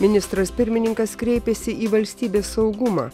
ministras pirmininkas kreipėsi į valstybės saugumą